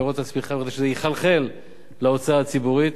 בזה שזה יחלחל להוצאה הציבורית.